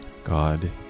God